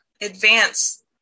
advance